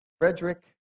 Frederick